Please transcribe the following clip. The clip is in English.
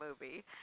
movie